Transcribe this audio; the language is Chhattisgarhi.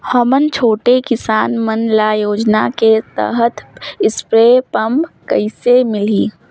हमन छोटे किसान मन ल योजना के तहत स्प्रे पम्प कइसे मिलही?